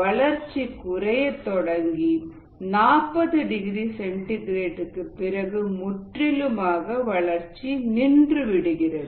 வளர்ச்சி குறைய தொடங்கி 40 டிகிரி சென்டிகிரேட்க்கு பிறகு முற்றிலுமாக வளர்ச்சி நின்றுவிடுகிறது